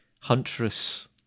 huntress